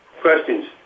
questions